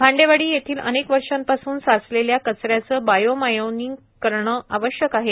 भांडेवाडी येथील अनेक वर्षापासून साचलेल्या कचऱ्याचे बायो मायनिंग करणे आवश्यक आहे